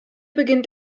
beginnt